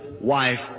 wife